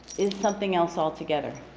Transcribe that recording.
is something else altogether.